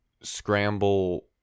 scramble